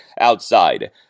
outside